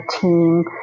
team